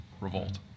revolt